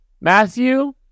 Matthew